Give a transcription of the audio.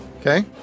Okay